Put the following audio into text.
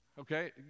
Okay